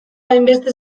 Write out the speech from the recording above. hainbeste